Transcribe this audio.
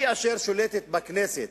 היא אשר שולטת בכנסת,